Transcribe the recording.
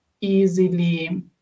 easily